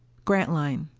grantline.